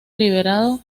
liderado